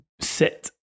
sit